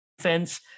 defense